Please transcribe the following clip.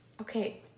Okay